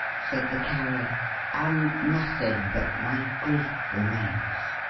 said the carrier and nothing but my grief remains.